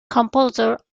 composer